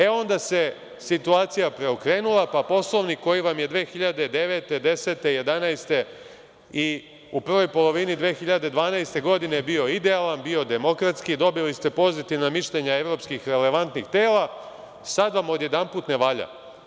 E, onda se situacija preokrenula pa Poslovnik koji vam je 2009, 2010, 2011. i u prvoj polovini 2012. bio idealan, bio demokratski, dobili ste pozitivna mišljenja evropskih relevantnih tela, sada vam odjedanput ne valja.